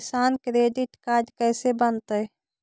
किसान credit card कैसे बनतै?